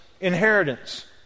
inheritance